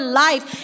life